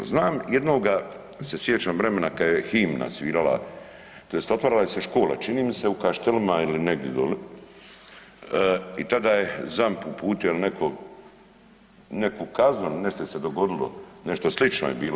Znam jednoga se sjećam vremena kada je himna svirala, tj. otvarala se škola čini mi se u Kaštelama ili negdje doli i tada je ZAMP uputio ili netko, neku kaznu, nešto se dogodilo, nešto slično je bilo.